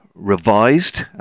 revised